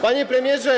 Panie Premierze!